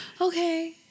okay